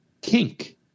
Kink